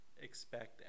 expect